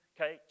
okay